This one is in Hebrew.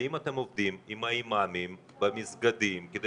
האם אתם עובדים עם האימאמים במסגדים כדי